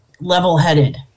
level-headed